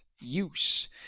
use